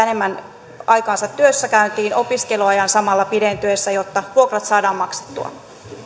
enemmän aikaansa työssäkäyntiin opiskeluajan samalla pidentyessä jotta vuokrat saadaan maksettua